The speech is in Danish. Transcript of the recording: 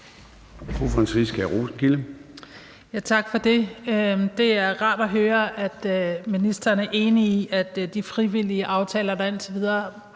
Tak for det. Det er rart at høre, at ministeren er enig i, at de frivillige aftaler, der indtil videre